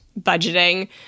budgeting